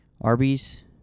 Arby's